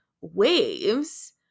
waves